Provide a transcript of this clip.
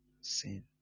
Sin